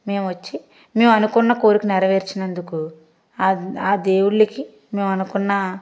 మేమొచ్చి మేమనుకున్న కోరిక నెరవేర్చినందుకు ఆ దేవుళ్లకి మేమనుకున్న